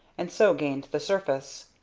and so gained the surface.